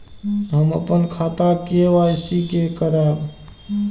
हम अपन खाता के के.वाई.सी के करायब?